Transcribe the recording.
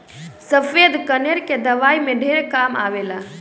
सफ़ेद कनेर के दवाई में ढेर काम आवेला